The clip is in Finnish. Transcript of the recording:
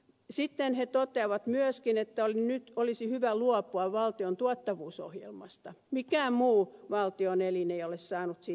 sitten he toteavat myöskin että nyt olisi hyvä luopua valtion tuottavuusohjelmasta mikään muu valtion elin ei ole saanut siitä luopua